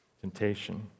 temptation